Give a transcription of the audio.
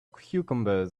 cucumbers